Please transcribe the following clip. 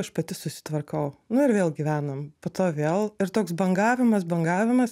aš pati susitvarkau nu ir vėl gyvenam po to vėl ir toks bangavimas bangavimas